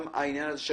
גם העניין הזה,